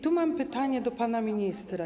Tu mam pytanie do pana ministra.